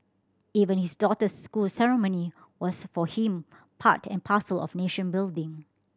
even his daughter's school ceremony was for him part and parcel of nation building